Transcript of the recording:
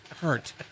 hurt